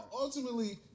Ultimately